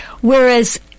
whereas